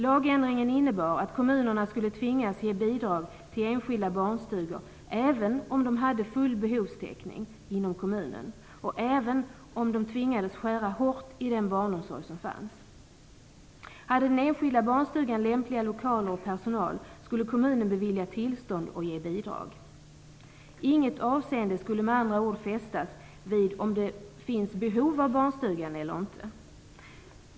Lagändringen innebar att kommunerna skulle tvingas ge bidrag till enskilda barnstugor, även om de hade full behovstäckning inom kommunen och även om de tvingades skära hårt i den barnomsorg som fanns. Hade den enskilda barnstugan personal och lämpliga lokaler, skulle kommunen bevilja tillstånd och ge bidrag. Inget avseende skulle med andra ord fästas vid om det fanns behov av barnstugan eller inte.